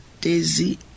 Daisy